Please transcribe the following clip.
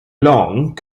long